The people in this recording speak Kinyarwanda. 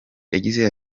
yagize